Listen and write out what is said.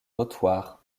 notoires